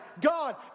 God